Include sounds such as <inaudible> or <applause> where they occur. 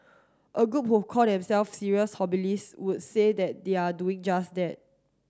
a group who call themselves serious <unintelligible> would say that they are doing just that